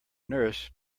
nurse